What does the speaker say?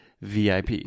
VIP